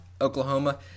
Oklahoma